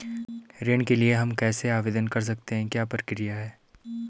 ऋण के लिए हम कैसे आवेदन कर सकते हैं क्या प्रक्रिया है?